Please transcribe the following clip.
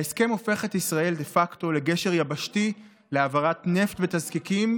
ההסכם הופך את ישראל דה פקטו לגשר יבשתי להעברת נפט ותזקיקים,